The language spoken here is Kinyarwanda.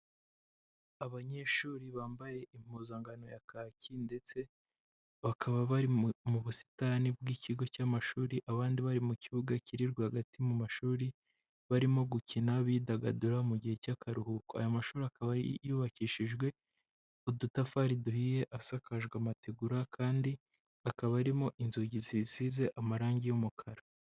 Abanyeshuri bambaye impuzankano ya kaki ndetse bakaba bari mu busitani bw'ikigo cy'amashuri, abandi bari mu kibuga kiri rwagati mu mashuri, barimo gukina bidagadura mu gihe cy'akaruhuko. Aya mashuri akaba yubakishijwe udutafari duhiye, asakajwe amategura, kandi akaba arimo inzugi zisize amarangi y'umukara.